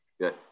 Good